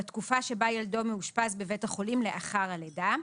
בתקופה שבה ילדו מאושפז בבית החולים לאחר הלידה.